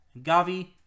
Gavi